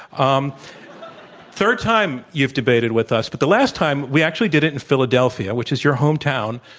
um third time you've debated with us. but the last time we actually did it in philadelphia, which is your hometown,